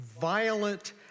violent